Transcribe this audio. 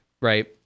right